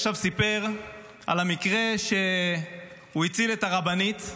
הוא עכשיו סיפר על המקרה שהוא הציל את הרבנית,